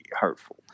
hurtful